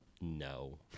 no